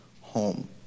home